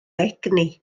egni